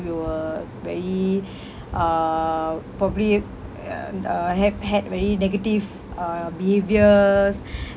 we were very uh probably uh uh have had many negative uh behaviours